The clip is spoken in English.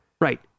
Right